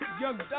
Young